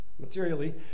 Materially